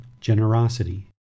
generosity